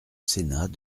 sénat